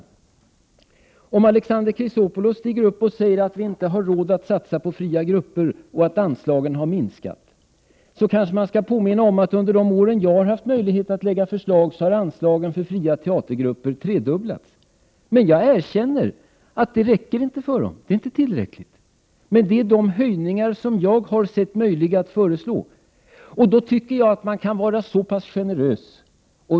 Eftersom Alexander Chrisopoulos stiger upp och säger att vi inte har råd att satsa på fria grupper och att anslagen har minskat, kanske jag bör påminna om att under de år som jag har haft möjlighet att lägga fram förslag har anslagen till fria teatergrupper tredubblats. Men jag erkänner att det inte räcker för dem. Det är inte tillräckligt. Men det är de höjningar som jag har sett möjliga att föreslå, och då tycker jag att man kan vara litet generös.